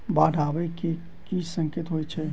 बाढ़ आबै केँ की संकेत होइ छै?